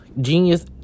genius